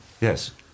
Yes